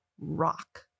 rock